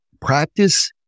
Practice